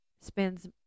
spends